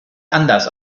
anders